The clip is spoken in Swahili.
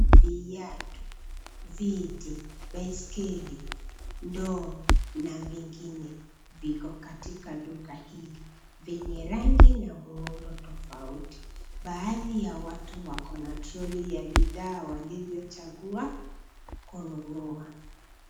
Viatu, viti, baiskeli, ndoo na vingine viko katika duka hili, vyenye rangi na muundo tofauti. Baadhi ya watu wako na trolley ya bidhaa walivyochagua kununua.